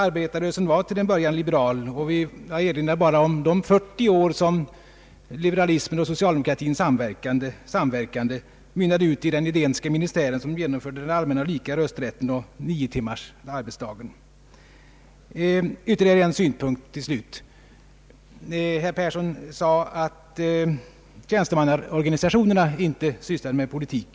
Arbetarrörelsen var till en början liberal, och jag erinrar om att de 40 år som liberalismen och socialdemokratin samverkade mynnade ut i den Edénska ministären som genomförde allmän och lika rösträtt och lagen om åtta timmars arbetsdag. Ytterligare en synpunkt till slut. Herr Persson sade att tjänstemannaorganisationerna sysslar med politik.